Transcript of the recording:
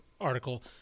article